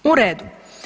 U redu.